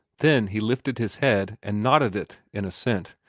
then he lifted his head, and nodded it in assent.